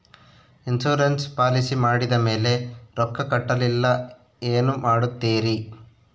Insurance policy ಮಾಡಿದ ಮೇಲೆ ರೊಕ್ಕ ಕಟ್ಟಲಿಲ್ಲ ಏನು ಮಾಡುತ್ತೇರಿ?